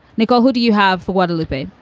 nicole, who do you have? what'll it be?